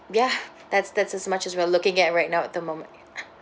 ya that's that's as much as we're looking at right now at the moment